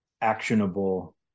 actionable